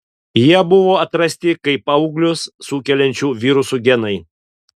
jie buvo atrasti kaip auglius sukeliančių virusų genai